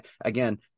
again